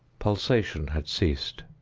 pulsation had ceased.